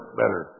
better